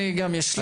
גם לי יש.